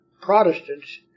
Protestants